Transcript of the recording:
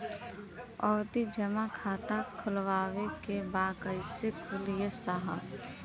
आवर्ती जमा खाता खोलवावे के बा कईसे खुली ए साहब?